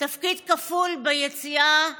תפקיד כפול ביציאה מהמשבר.